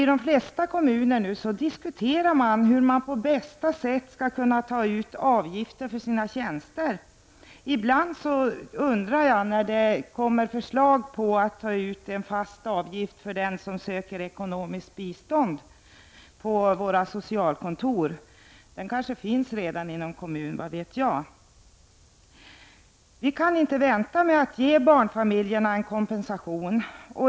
I de flesta kommuner diskuterar man hur man på bästa sätt skall kunna ta ut avgifter för sina tjänster. När det kom förslag om att ta ut en fast avgift av den som söker ekonomiskt bistånd på något av våra socialkontor, undrade jag om det redan finns sådana avgifter. Vad vet jag? Vi kan inte vänta med att ge barnfamiljerna en kompensation.